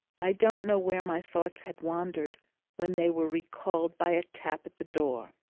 i don't know where my thoughts had wandered when they were recalled by a tap at the door.